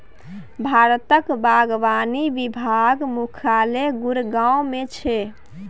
भारतक बागवानी विभाग मुख्यालय गुड़गॉव मे छै